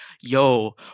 yo